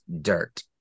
dirt